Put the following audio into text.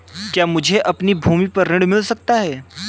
क्या मुझे अपनी भूमि पर ऋण मिल सकता है?